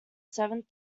seventh